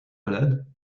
malade